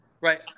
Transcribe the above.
Right